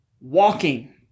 walking